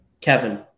Kevin